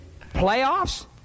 Playoffs